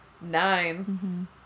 nine